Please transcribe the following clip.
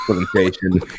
presentation